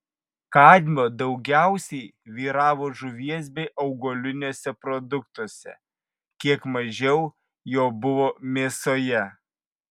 kadmio daugiausiai vyravo žuvies bei augaliniuose produktuose kiek mažiau jo buvo mėsoje